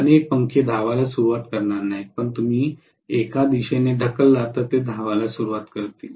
अनेक पंखे धावायला सुरुवात करणार नाहीत पण तुम्ही एका दिशेने ढकललात तर ते धावायला सुरुवात होईल